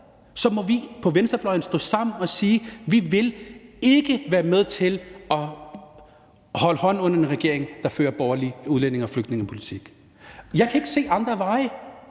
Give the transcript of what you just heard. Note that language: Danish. Så må vi på venstrefløjen stå sammen og sige: Vi vil ikke være med til at holde hånden under en regering, der fører borgerlig udlændinge- og flygtningepolitik. Jeg kan ikke se andre veje,